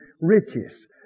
riches